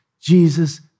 Jesus